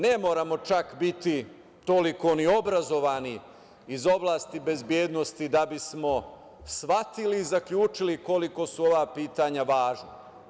Ne moramo čak biti toliko ni obrazovani iz oblasti bezbednosti da bismo shvatili i zaključili koliko su ova pitanja važna.